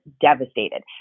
devastated